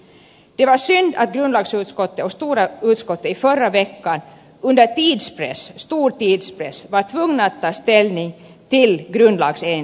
det var synd att grundlagsutskottet och stora utskottet i förra veckan under tidspress stor tidspress var tvungna att ta ställning till grundlagsenligheten